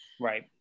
right